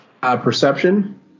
perception